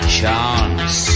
chance